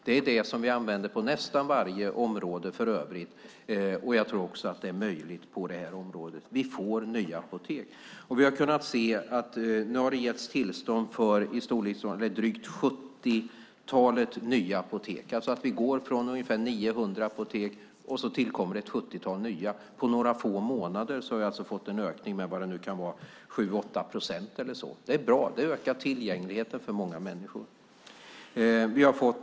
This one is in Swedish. Det är för övrigt det som vi använder på nästan varje område, och jag tror att det är möjligt också på detta område. Vi får nya apotek. Nu har det getts tillstånd för ett sjuttiotal nya apotek. Vi går alltså från ungefär 900 apotek, och nu tillkommer det ett sjuttiotal nya. På några få månader har vi fått en ökning med 7-8 procent. Det är bra. Det ökar tillgängligheten för många människor.